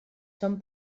són